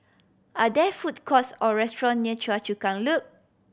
are there food courts or restaurant near Choa Chu Kang Loop